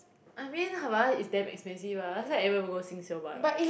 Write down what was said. I mean havainas is damn expensive ah last time everybody go Singsale buy [what]